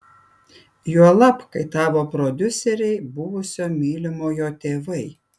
juolab kai tavo prodiuseriai buvusio mylimojo tėvai